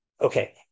Okay